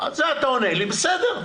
על זה אתה עונה לי, בסדר.